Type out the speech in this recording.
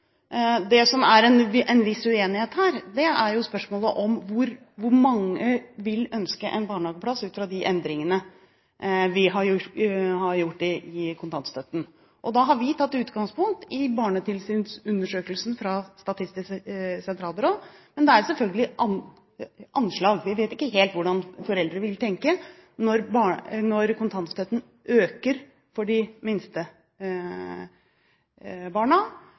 Det det er en viss uenighet om, er spørsmålet om hvor mange som vil ønske en barnhageplass ut fra de endringene vi har foretatt i kontantstøtten. Vi har tatt utgangspunkt i barnetilsynsundersøkelsen fra Statistisk sentralbyrå. Men det er selvfølgelig et anslag – vi vet ikke helt hvordan foreldrene vil tenke når kontantstøtten øker for de minste barna,